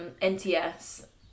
NTS